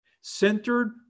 centered